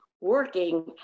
working